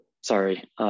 Sorry